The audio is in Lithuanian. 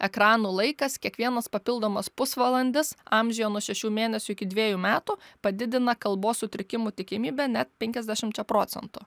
ekranų laikas kiekvienas papildomas pusvalandis amžiuje nuo šešių mėnesių iki dviejų metų padidina kalbos sutrikimų tikimybę net penkiasdešimčia procentų